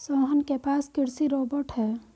सोहन के पास कृषि रोबोट है